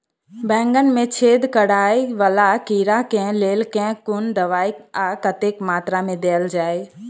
बैंगन मे छेद कराए वला कीड़ा केँ लेल केँ कुन दवाई आ कतेक मात्रा मे देल जाए?